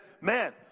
Man